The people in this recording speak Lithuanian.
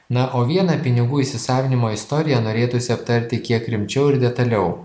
na o vieną pinigų įsisavinimo istoriją norėtųsi aptarti kiek rimčiau ir detaliau